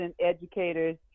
educators